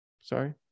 Sorry